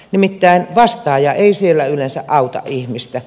nimittäin vastaaja ei siellä yleensä auta ihmistä